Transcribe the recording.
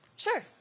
Sure